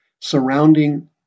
surrounding